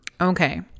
Okay